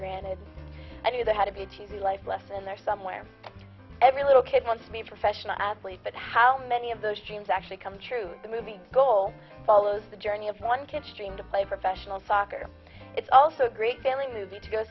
granted i knew there had to be a cheesy life lesson in there somewhere every little kid wants me professional athlete but how many of those dreams actually come true the moving goal follows the journey of one kid stream to play professional soccer it's also a great family movie to go